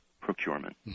procurement